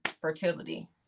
fertility